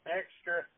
extra